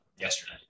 yesterday